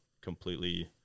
completely